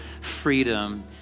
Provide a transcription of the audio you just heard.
freedom